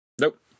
Nope